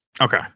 Okay